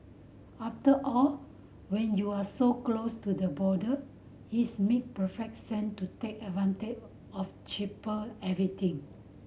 after all when you're so close to the border it's make perfect sense to take advantage of cheaper everything